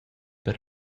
per